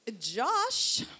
Josh